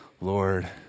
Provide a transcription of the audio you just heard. Lord